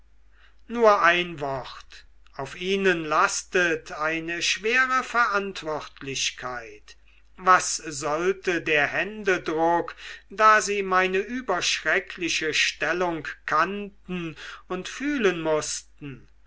nur ein wort auf ihnen lastet eine schwere verantwortlichkeit was sollte der händedruck da sie meine überschreckliche stellung kannten und fühlen mußten